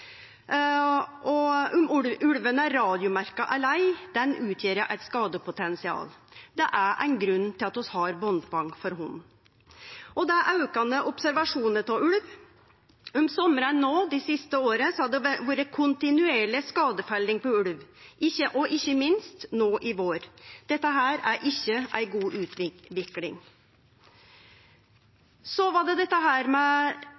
Om ulven er radiomerkt eller ei, utgjer han eit skadepotensial. Det er ein grunn til at vi har bandtvang for hund. Det er aukande observasjonar av ulv. Om sumrane no dei siste åra har det vore kontinuerleg skadefelling på ulv, og ikkje minst no i vår. Dette er ikkje ei god utvikling. Så var det dette med